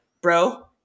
bro